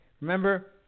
remember